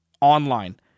online